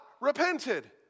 repented